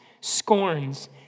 scorns